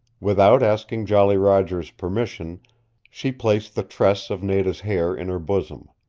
without asking jolly roger's permission she placed the tress of nada's hair in her bosom.